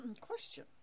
question